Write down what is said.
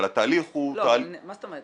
אבל התהליך הוא -- לא, מה זאת אומרת?